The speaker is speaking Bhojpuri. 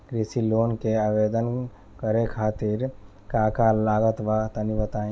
कृषि लोन के आवेदन करे खातिर का का लागत बा तनि बताई?